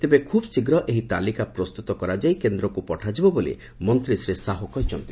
ତେବେ ଖୁବ୍ଶୀଘ୍ର ଏହି ତାଲିକା ପ୍ରସ୍ତୁତ କରାଯାଇ କେନ୍ଦ୍ରକୁ ପଠାଯିବ ବୋଲି ମନ୍ତୀ ଶ୍ରୀ ସାହୁ କହିଛନ୍ତି